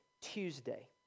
Tuesday